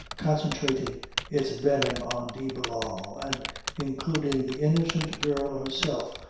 concentrating its venom on de barral and including the innocent girl herself,